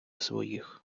своїх